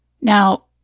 Now